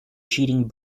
cheating